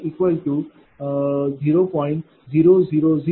951207।20